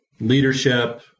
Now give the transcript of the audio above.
leadership